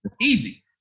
easy